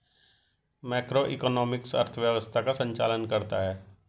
macroeconomics अर्थव्यवस्था का संचालन करता है